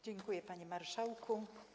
Dziękuję, panie marszałku.